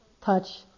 touch